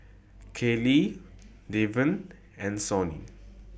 Keeley Deven and Sonny